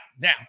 now